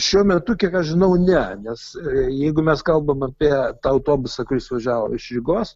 šiuo metu kiek aš žinau ne nes jeigu mes kalbam apie tą autobusą kuris važiavo iš rygos